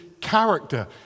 character